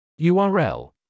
url